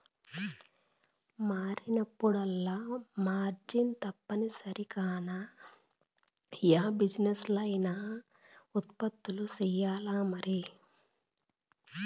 మారినప్పుడల్లా మార్జిన్ తప్పనిసరి కాన, యా బిజినెస్లా అయినా ఉత్పత్తులు సెయ్యాల్లమరి